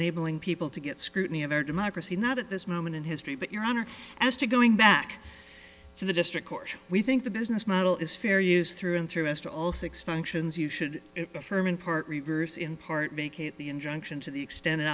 ling people to get scrutiny of our democracy not at this moment in history but your honor as to going back to the district court we think the business model is fair use through and through us to all six functions you should remain part reviewers in part b kate the injunction to the extent